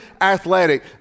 athletic